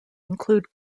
include